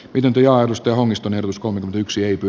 pidempi aidosti omistaneet uskon yksilöity